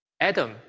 Adam